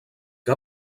que